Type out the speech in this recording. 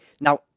Now